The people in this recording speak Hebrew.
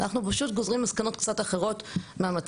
אנחנו פשוט גוזרים מסקנות קצת אחרות מהמצב.